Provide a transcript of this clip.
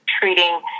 treating